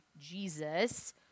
Jesus